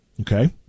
Okay